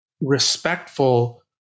respectful